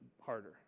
harder